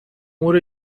امور